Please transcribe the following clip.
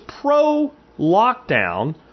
pro-lockdown